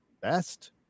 best